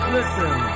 Listen